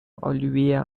olivia